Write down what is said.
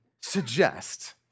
suggest